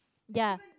ya